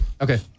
Okay